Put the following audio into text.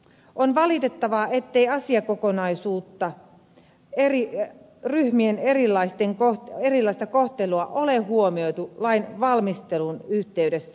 on valitettavaa ettei asiakokonaisuutta ryhmien erilaista kohtelua ole huomioitu lain valmistelun yhteydessä